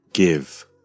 Give